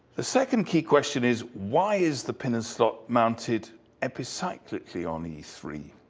the second key question is, why is the pin and slot mounted epicyclically on e three?